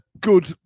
good